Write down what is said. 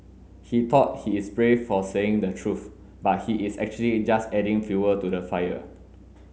he thought he is brave for saying the truth but he is actually just adding fuel to the fire